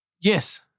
yes